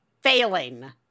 failing